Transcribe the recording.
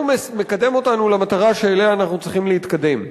מקדם אותנו למטרה שאליה אנחנו צריכים להתקדם.